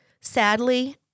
Sadly